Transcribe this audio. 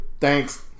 Thanks